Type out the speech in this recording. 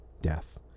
death